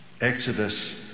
Exodus